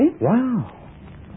Wow